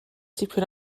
tipyn